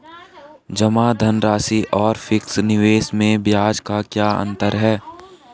जमा धनराशि और फिक्स निवेश में ब्याज का क्या अंतर है?